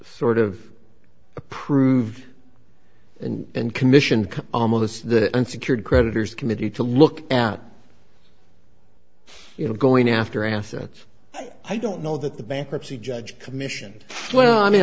sort of approved and commissioned almost that unsecured creditors committee to look at you know going after assets i don't know that the bankruptcy judge commission well i mean